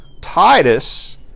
Titus